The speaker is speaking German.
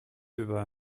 über